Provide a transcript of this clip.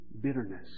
bitterness